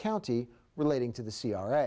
county relating to the c r a